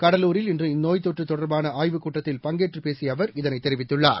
கடலூரில் இன்று இந்நோய்த் தொற்று தொடர்பான ஆய்வுக் கூட்டத்தில் பங்கேற்றுப் பேசிய அவர் இதனை தெரிவித்துள்ளார்